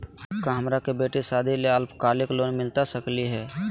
का हमरा बेटी के सादी ला अल्पकालिक लोन मिलता सकली हई?